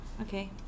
Okay